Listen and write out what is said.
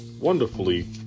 wonderfully